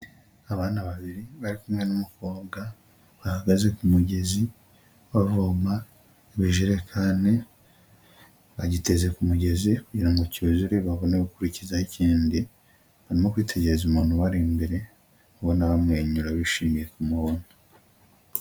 Abana babiri bari kumwe n'umukobwa bahagaze ku mugezi bavoma ibijerekani, bagiteze ku mugezi kugira ngo cyuzure babone gukurikizaho ikindi, barimo kwitegereza umuntu ubari imbere ubona bamwenyura bishimiye kumubona.